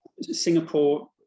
Singapore